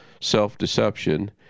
self-deception